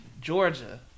Georgia